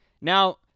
Now